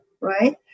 right